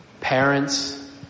parents